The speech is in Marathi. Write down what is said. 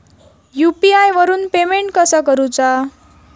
यू.पी.आय वरून पेमेंट कसा करूचा?